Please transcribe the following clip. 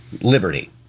Liberty